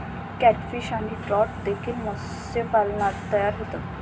catfish आणि trout देखील मत्स्यपालनात तयार होतात